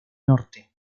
norte